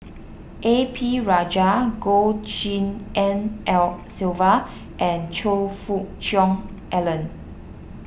A P Rajah Goh Tshin En Sylvia and Choe Fook Cheong Alan